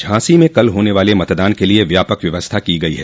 झांसी में कल होने बाले मतदान के लिये व्यापक व्यवस्था की गई है